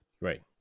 Right